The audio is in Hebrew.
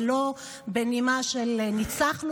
ולא בנימה של "ניצחנו,